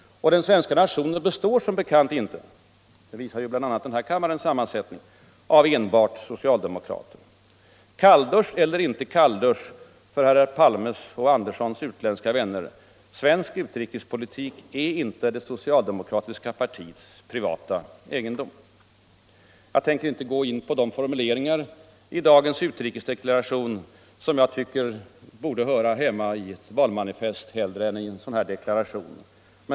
Och den svenska nationen består som bekant inte — det visar ju bl.a. denna kammares sammansättning — av enbart socialdemokrater. Kalldusch eller inte kalldusch för herrar Palmes och Anderssons utländska vänner, svensk utrikespolitik är inte det socialdemokratiska partiets privata egendom. Jag tänker inte gå in på de formuleringar i dagens utrikesdeklaration som jag tycker borde höra hemma i det socialdemokratiska valmanifestet hellre än i en sådan här deklaration.